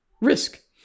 risk